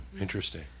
Interesting